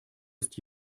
ist